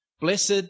Blessed